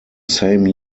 same